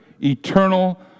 eternal